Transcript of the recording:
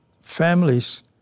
families